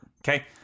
Okay